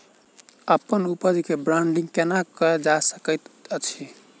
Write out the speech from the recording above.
अप्पन उपज केँ ब्रांडिंग केना कैल जा सकैत अछि?